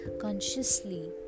consciously